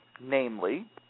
namely